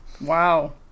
Wow